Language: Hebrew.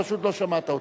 פשוט לא שמעת אותי.